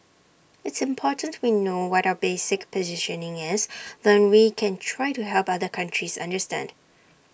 it's important we know what our basic positioning is then we can try to help other countries understand